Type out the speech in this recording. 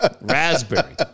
Raspberry